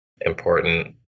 important